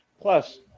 Plus